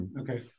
okay